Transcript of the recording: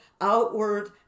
outward